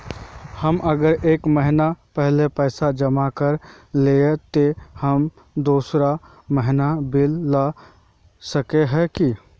हम अगर एक महीना पहले पैसा जमा कर देलिये ते हम दोसर महीना बिल ला सके है की?